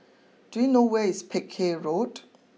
do you know where is Peck Hay Road